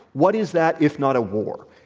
what is that if not a war?